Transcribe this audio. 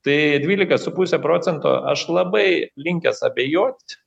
tai dvylika su puse procento aš labai linkęs abejot